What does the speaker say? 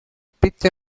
bitte